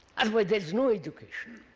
and but there is no education.